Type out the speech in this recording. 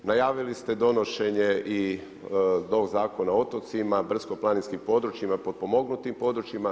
Najavili ste donošenje i novog Zakona o otocima brdsko-planinskim područjima, potpomognutim područjima.